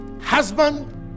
husband